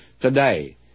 today